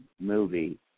movie